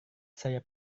saya